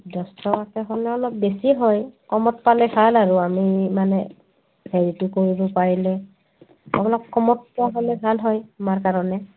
দছ টকাকৈ হ'লে অলপ বেছি হয় কমত পালে ভাল আৰু আমি মানে হেৰিটো কৰিব পাৰিলে অলপ কমত পোৱা হ'লে ভাল হয় আমাৰ কাৰণে